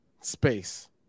space